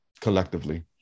collectively